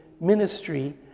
ministry